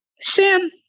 Sam